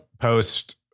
post